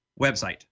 website